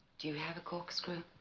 do you have a corkscrew?